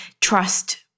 trust